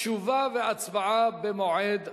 תשובה והצבעה במועד אחר.